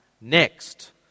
next